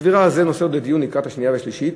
הצבירה זה נושא לדיון לקראת השנייה והשלישית.